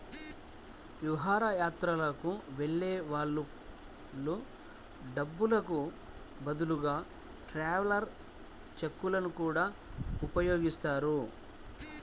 విహారయాత్రలకు వెళ్ళే వాళ్ళు డబ్బులకు బదులుగా ట్రావెలర్స్ చెక్కులను గూడా ఉపయోగిస్తారు